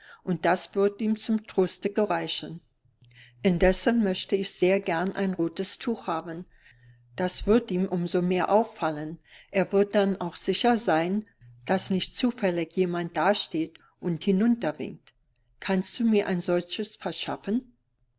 und das wird ihm zum troste gereichen indessen möchte ich sehr gern ein rotes tuch haben das wird ihm um so mehr auffallen er wird dann auch sicher sein daß nicht zufällig jemand dasteht und hinunterwinkt kannst du mir ein solches verschaffen